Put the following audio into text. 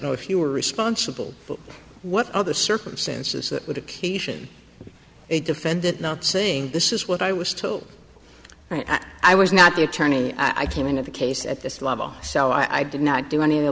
know if you were responsible for what other circumstances that would occasion a defendant not saying this is what i was told i was not the attorney i came into the case at this level so i did not do any